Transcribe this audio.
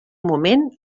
moment